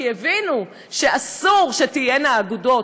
כי הבינו שאסור שתהיינה אגודות,